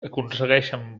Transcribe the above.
aconsegueixen